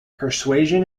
persuasion